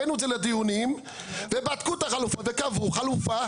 הבאנו את זה לדיונים ובדקו את החלופות וקבעו חלופה,